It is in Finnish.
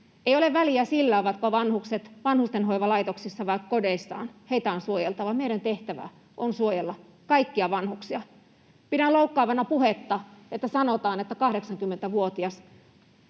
Ei ole väliä sillä, ovatko vanhukset vanhustenhoivalaitoksissa vai kodeissaan, heitä on suojeltava. Meidän tehtävämme on suojella kaikkia vanhuksia. Pidän loukkaavana puhetta, että sanotaan, että 80-vuotias